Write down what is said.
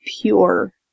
pure